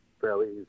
fairly